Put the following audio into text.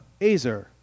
Azer